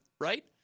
right